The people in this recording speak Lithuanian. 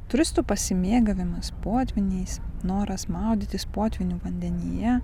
turistų pasimėgavimas potvyniais noras maudytis potvynių vandenyje